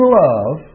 love